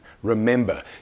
Remember